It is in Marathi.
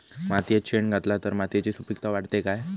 मातयेत शेण घातला तर मातयेची सुपीकता वाढते काय?